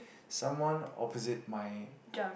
someone opposite my